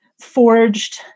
forged